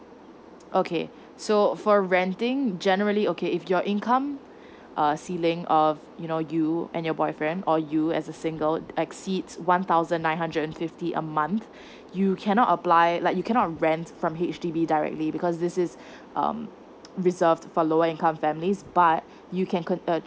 okay so for renting generally okay if your income a ceiling of you know you and your boyfriend or you as a single exceeds one thousand nine hundred and fifty a month you cannot apply like you cannot rent from H_D_B directly because this is um reserved for lower income families but you can con~ uh